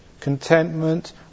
Contentment